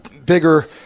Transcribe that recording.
bigger